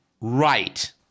Right